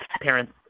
parents